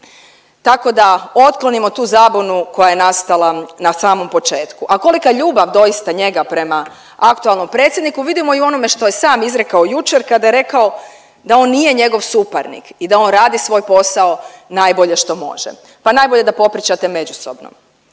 tako da otklonimo tu zabunu koja je nastala na samom početku. A kolika je ljubav doista njega prema aktualnom predsjedniku vidimo i u onome što je sam izrekao jučer kada je rekao da on nije njegov suparnik i da on radi svoj posao najbolje što može, pa najbolje da popričate međusobno.